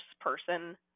person